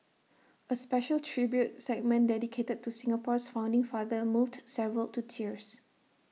A special tribute segment dedicated to Singapore's founding father moved several to tears